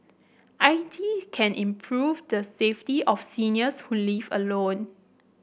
I T can improve the safety of seniors who live alone